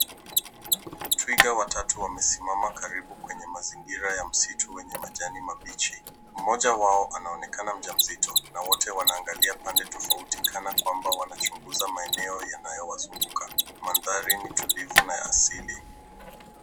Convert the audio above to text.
Twiga watatu wamesimama karibu kwenye mazingira ya msitu wenye majani mabichi, mmoja wao anaonekana mjamzito, na wote wanaangalia upande tofauti kanakwamba wanachunguza maeneo yanayo wazunguka. Manthari ni tulivu na ya asili.